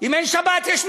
אם אין שבת יש מאבק.